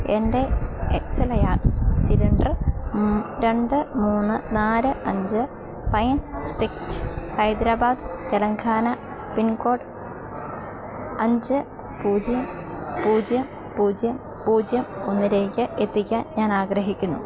എൻ്റെ എക്സലയാസ് സിലിണ്ടർ രണ്ട് മൂന്ന് നാല് അഞ്ച് pine street Hyderabad Telangana pin code അഞ്ച് പുജ്യം പുജ്യം പുജ്യം പുജ്യം ഒന്നിലേക്ക് എത്തിക്കാൻ ഞാന് ആഗ്രഹിക്കുന്നു